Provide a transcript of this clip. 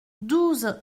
douze